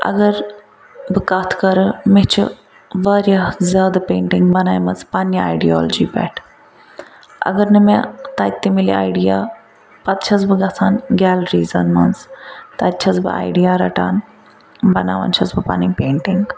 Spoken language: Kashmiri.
اگر بہٕ کتھ کَرٕ مےٚ چھِ واریاہ زیادٕ پینٛٹِنٛگ بَنیمَژٕ پنٛنہِ آیڈیالجی پٮ۪ٹھ اگر نہٕ مےٚ تَتہِ تہِ مِلہِ آیڈیا پَتہٕ چھَس بہٕ گَژھان گیلریٖزَن مَنٛز تتہِ چھَس بہٕ آیڈیا رَٹان بناوان چھَس بہٕ پَنٕنۍ پینٛٹِنٛگ